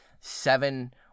seven